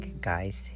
guys